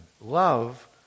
love